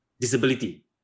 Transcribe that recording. disability